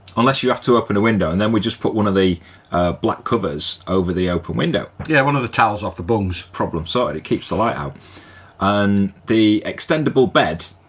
unless you have to open a window and then we just put one of the black covers over the open window. yeah, one of the towels off the bungs. problem sorted, it keeps the light out and the extendable bed